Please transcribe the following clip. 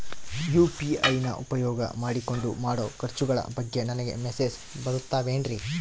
UPI ನ ಉಪಯೋಗ ಮಾಡಿಕೊಂಡು ಮಾಡೋ ಖರ್ಚುಗಳ ಬಗ್ಗೆ ನನಗೆ ಮೆಸೇಜ್ ಬರುತ್ತಾವೇನ್ರಿ?